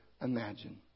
imagine